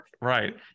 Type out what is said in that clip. right